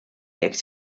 jekk